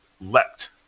leapt